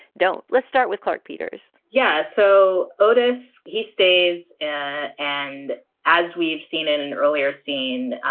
don't let's start with clark peters yeah, so otis. he stays at. and as we've seen in an earlier scene,